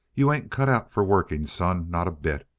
you ain't cut out for working, son. not a bit.